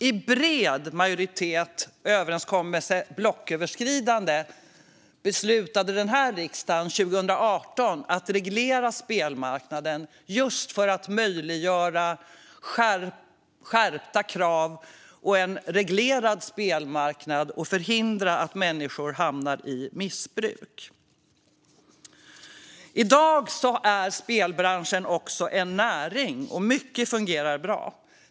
I bred majoritet - en blocköverskridande överenskommelse - beslutade den här riksdagen 2018 att reglera spelmarknaden just för att möjliggöra skärpta krav och en reglerad spelmarknad och förhindra att människor hamnar i missbruk. I dag är spelbranschen också en näring, och mycket fungerar bra.